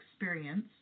experience